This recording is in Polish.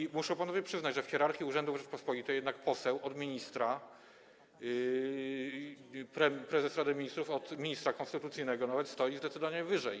I muszą panowie przyznać, że w hierarchii urzędów Rzeczypospolitej jednak poseł od ministra... prezes Rady Ministrów od ministra konstytucyjnego stoi zdecydowanie wyżej.